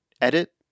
Edit